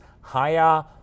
higher